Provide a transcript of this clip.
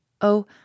Oh